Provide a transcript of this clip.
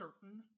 certain